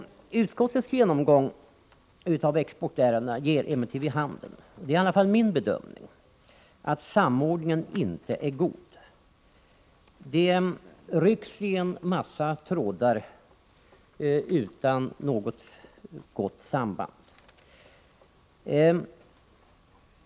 Utskottets genomgång av exportärendena ger emellertid vid handen — det är i alla fall min bedömning — att samordningen inte är god. Det rycks i en massa trådar utan något gott samband.